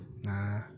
Nah